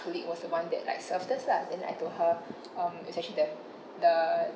colleague was the one that like served us lah then I told her um it's actually the the